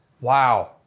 Wow